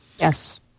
Yes